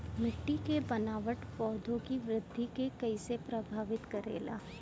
मिट्टी के बनावट पौधों की वृद्धि के कईसे प्रभावित करेला?